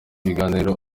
ibiganiro